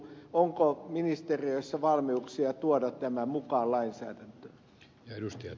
onko ministeriössä valmiuksia tuoda tämä mukaan lainsäädäntöön